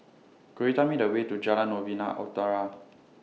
Could YOU Tell Me The Way to Jalan Novena Utara